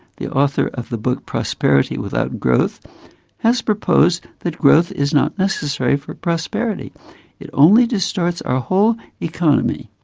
the author of the book prosperity without growth has proposed that growth is not necessary for prosperity it only distorts our whole economy.